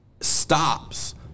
stops